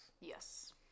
Yes